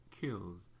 kills